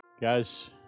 Guys